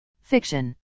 Fiction